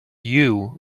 you